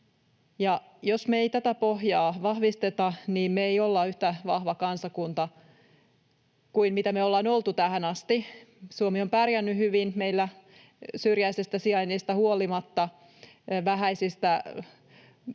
jos me ei tätä pohjaa vahvisteta, me ei olla yhtä vahva kansakunta kuin mitä me ollaan oltu tähän asti. Suomi on pärjännyt hyvin. Meillä huolimatta syrjäisestä sijainnista ja vähäisistä, niin